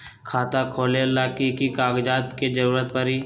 खाता खोले ला कि कि कागजात के जरूरत परी?